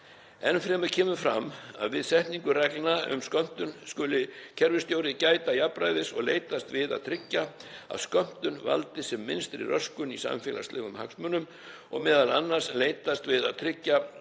Enn fremur kemur fram að við setningu reglna um skömmtun skuli kerfisstjóri gæta jafnræðis og leitast við að tryggja að skömmtun valdi sem minnstri röskun í samfélagslegum hagsmunum og m.a. leitast við að tryggja